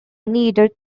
needed